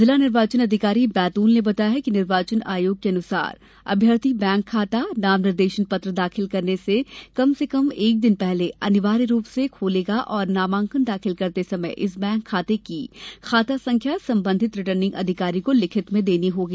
जिला निर्वाचन अधिकारी बैतूल ने बताया कि निर्वाचन आयोग के अनुसार अभ्यर्थी बैंक खाता नाम निर्देशन पत्र दाखिल करने से कम से कम एक दिन पहले अनिवार्य रूप से खोलेगा और नामांकन दाखिल करते समय इस बैंक खाते की खाता संख्या संबंधित रिटर्निंग अधिकारी को लिखित में देनी होगी